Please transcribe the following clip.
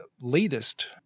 latest